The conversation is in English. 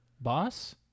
Boss